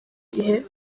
gihe